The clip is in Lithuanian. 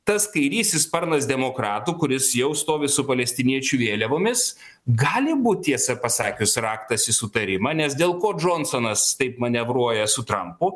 tas kairysis sparnas demokratų kuris jau stovi su palestiniečių vėliavomis gali būt tiesą pasakius raktas į sutarimą nes dėl ko džonsonas taip manevruoja su trampu